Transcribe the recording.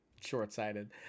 short-sighted